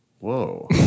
Whoa